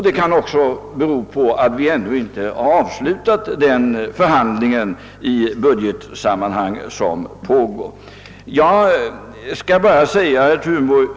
Det kan också spela in att vi ännu inte har avslutat den förhandling som pågår under budgetbehandlingen.